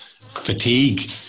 fatigue